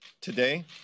today